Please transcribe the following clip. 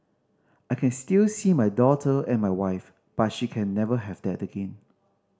I can still see my daughter and my wife but she can never have that again